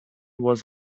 was